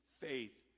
faith